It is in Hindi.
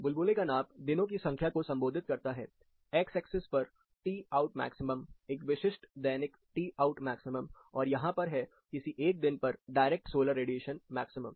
बुलबुले का नाप दिनों की संख्या को संबोधित करता है एक्स एक्सिस पर टी आउट मैक्सिमम एक विशिष्ट दैनिक टी आउट मैक्सिमम और यहां पर है किसी एक दिन पर डायरेक्ट सोलर रेडिएशन मैक्सिमम